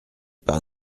par